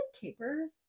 capers